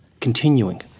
continuing